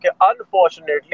Unfortunately